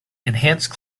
enhanced